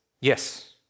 Yes